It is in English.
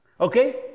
Okay